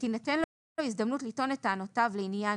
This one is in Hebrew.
ותינתן לו הזדמנות לטעון את טענותיו לעניין